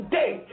day